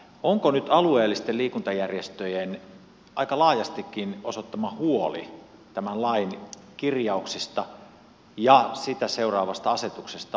onko nyt alueellisten liikuntajärjestöjen aika laajastikin osoittama huoli tämän lain kirjauksista ja sitä seuraavasta asetuksesta aiheeton